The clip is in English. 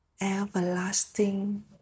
everlasting